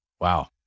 Wow